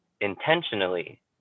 intentionally